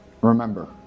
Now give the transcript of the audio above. Remember